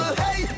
hey